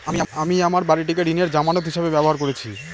আমি আমার বাড়িটিকে ঋণের জামানত হিসাবে ব্যবহার করেছি